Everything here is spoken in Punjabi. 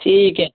ਠੀਕ ਹੈ